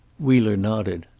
wheeler nodded.